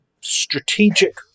strategic